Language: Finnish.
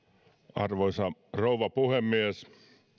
arvoisa rouva puhemies